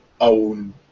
own